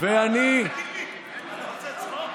עושה צחוק?